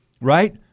right